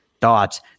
Thoughts